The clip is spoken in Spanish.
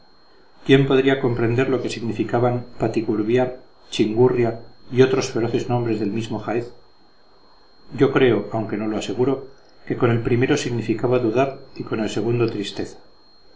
quién podría comprender lo que significaban patigurbiar chingurria y otros feroces nombres del mismo jaez yo creo aunque no lo aseguro que con el primero significaba dudar y con el segundo tristeza